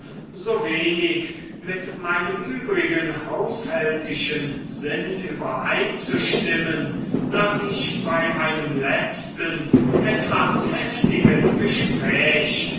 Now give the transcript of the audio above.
so wenig mit meinem übrigen haushältischen sinn übereinzustimmen daß ich bei einem letzten etwas heftigen gespräch